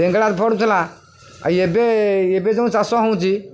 ବେଙ୍ଗଳାରେ ଫଳୁଥିଲା ଆଉ ଏବେ ଏବେ ଯେଉଁ ଚାଷ ହେଉଛି